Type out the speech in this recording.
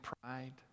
pride